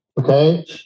Okay